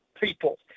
people